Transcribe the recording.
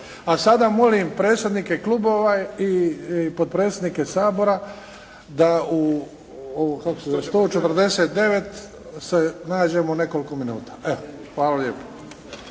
A sada molim predsjednike klubova i potpredsjednike Sabora da u 149 se nađemo nekoliko minuta. Hvala lijepo.